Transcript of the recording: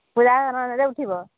ପୂଜା ଧାନ ନେଲେ ଉଠିବ